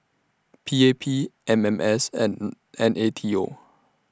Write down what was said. P A P M M S and N A T O